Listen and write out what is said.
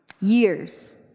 Years